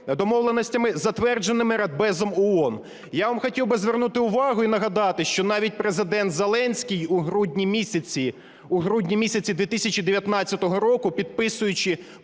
домовленостями, затвердженими Радбезом ООН. Я вам хотів би звернути увагу і нагадати, що навіть Президент Зеленський, у грудні місяці 2019 року, підписуючи